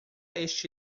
este